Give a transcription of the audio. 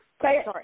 Sorry